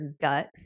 gut